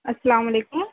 السّلام علیکم